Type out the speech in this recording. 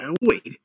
Wait